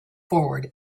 forward